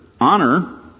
honor